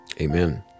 Amen